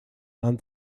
and